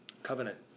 covenant